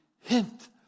hint